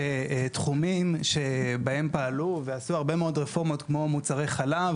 שתחומים שבהם פעלו ועשו הרבה מאוד רפורמות כמו מוצרי חלב,